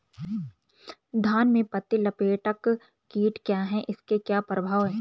धान में पत्ती लपेटक कीट क्या है इसके क्या प्रभाव हैं?